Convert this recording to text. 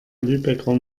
lübecker